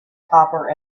copper